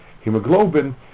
hemoglobin